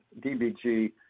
DBG